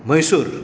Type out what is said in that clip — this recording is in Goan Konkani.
मैसूर